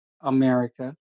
America